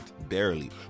barely